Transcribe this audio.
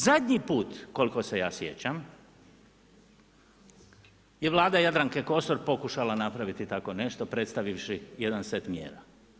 Zadnji put, koliko se ja sjećam, je Vlada Jadranke Kosor, pokušala napraviti tako nešto, predstavivši jedan set mjera.